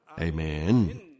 Amen